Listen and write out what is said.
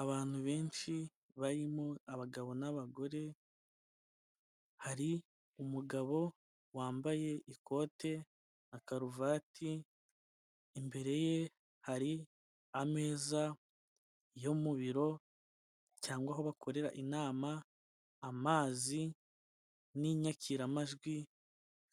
Abantu benshi barimo abagabo n'abagore hari umugabo wambaye ikote na karuvati, imbere ye hari ameza yo mu biro cyangwa aho bakorera inama, amazi n'inyakiramajwi